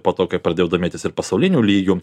po to kai pradėjau domėtis ir pasauliniu lygiu